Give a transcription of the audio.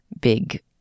big